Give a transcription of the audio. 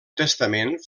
testament